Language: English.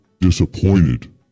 disappointed